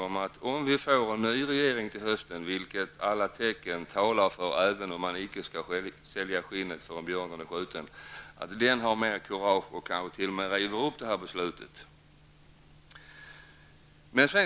Om vi får en ny regeringen till hösten, vilket alla tecken tyder på -- även om man icke skall sälja skinnet förrän björnen är skjuten -- hoppas jag att den har mera kurage och kanske t.o.m. river upp det här beslutet.